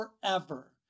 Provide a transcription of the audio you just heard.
forever